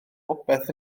popeth